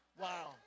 wow